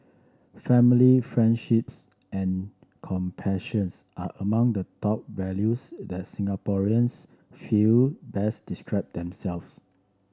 family friendships and compassion are among the top values that Singaporeans feel best describe themselves